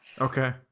okay